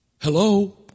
Hello